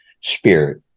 spirit